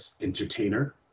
entertainer